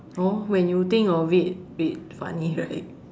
hor when you think of it a bit funny right